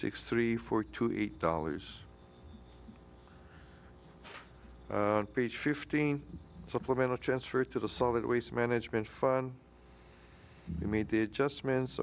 six three four two eight dollars ph fifteen supplemental transfer to the solid waste management fine you made the adjustments